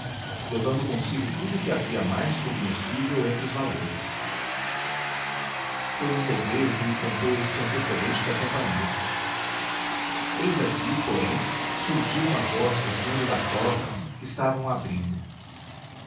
levando consigo tudo o que havia mais cognoscível entre os valores foi um coveiro que me contou este antecedente da companhia eis aqui porém surdiu uma voz do fundo da cova que estavam abrindo